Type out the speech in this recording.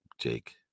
Jake